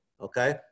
okay